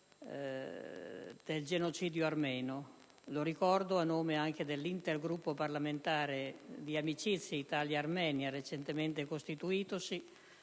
del genocidio armeno. Lo ricordo anche a nome dell'Intergruppo parlamentare di amicizia Italia-Armenia, recentemente costituitosi,